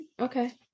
Okay